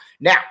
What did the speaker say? Now